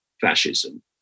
fascism